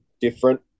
different